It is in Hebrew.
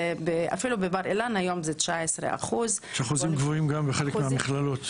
אפילו בבר אילן היום זה 19%. יש אחוזים גבוהים גם בחלק מהמכללות.